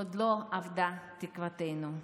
עוד לא אבדה תקוותנו.